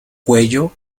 cuello